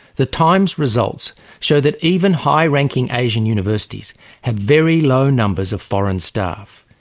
the times results show that even high ranking asian universities have very low numbers of foreign staff.